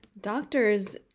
doctors